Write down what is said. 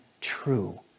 true